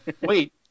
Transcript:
Wait